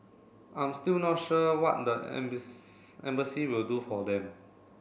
I'm still not sure what the embassy will do for them